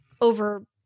over